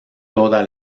toda